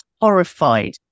horrified